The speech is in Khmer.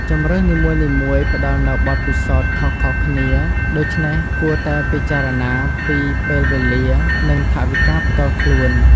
ជម្រើសនីមួយៗផ្តល់នូវបទពិសោធន៍ខុសៗគ្នា ដូច្នេះគួរតែពិចារណាពីពេលវេលា និងថវិកាផ្ទាល់ខ្លួន។